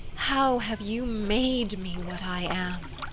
how have you made me what i am?